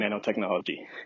nanotechnology